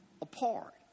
apart